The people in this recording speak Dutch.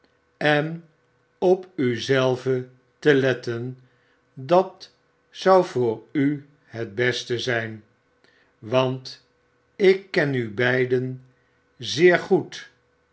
en op u zelve te letten dat zou voor u het best zjn want ik ken u beiden zeer goed